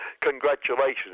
congratulations